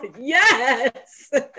yes